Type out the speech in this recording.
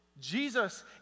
Jesus